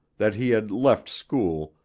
that he had left school,